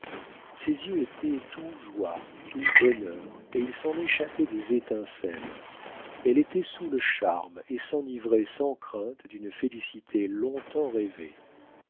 ses yeux étaient tout joie tout bonheur et il s'en échappait des étincelles elle était sous le charme et s'enivrait sans crainte d'une félicité long-temps rêvée